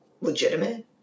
legitimate